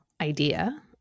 idea